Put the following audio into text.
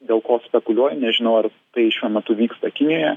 dėl ko spekuliuoju nežinau ar tai šiuo metu vyksta kinijoje